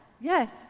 yes